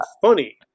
funny